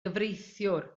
gyfreithiwr